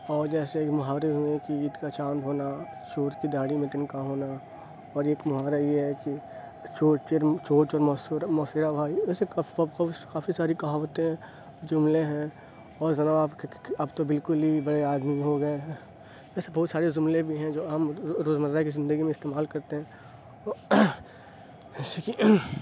اور جیسے کہ محاورے ہوئے عید کا چاند ہونا چور کی داڑھی میں تنکا ہونا اور ایک محاورہ یہ ہے کہ چور چیر چور چور موسیرا بھائی ویسے کافی ساری کہاوتیں جملے ہیں اور آپ تو بالکل ہی بڑے آدمی ہو گئے ہیں ایسے بہت سارے جملے بھی ہیں جو عام روزمرہ کی زندگی میں استعمال کرتے ہیں ویسی کہ